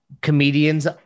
comedians